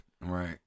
Right